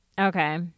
Okay